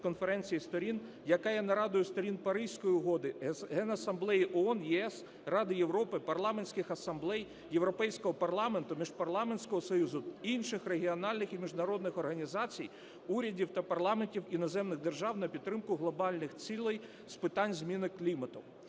яка є нарадою Сторін Паризької угоди, Генасамблеї ООН, ЄС, Ради Європи, парламентських асамблей, Європейського парламенту, Міжпарламентського союзу, інших регіональних і міжнародних організацій, урядів та парламентів іноземних держав, на підтримку глобальних цілей з питань зміни клімату.